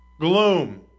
Gloom